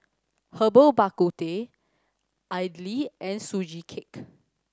Herbal Bak Ku Teh idly and Sugee Cake